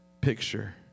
picture